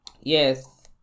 yes